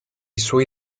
suoi